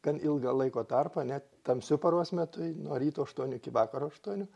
gan ilgą laiko tarpą net tamsiu paros metu nuo ryto aštuonių iki vakaro aštuonių